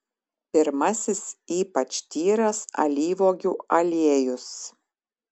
pirmasis ypač tyras alyvuogių aliejus